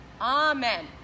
amen